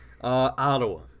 Ottawa